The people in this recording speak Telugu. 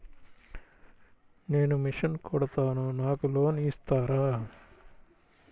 నేను మిషన్ కుడతాను నాకు లోన్ ఇస్తారా?